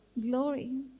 glory